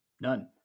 None